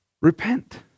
repent